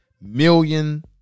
million